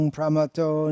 Pramato